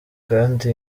kandi